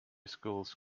schools